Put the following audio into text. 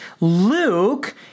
Luke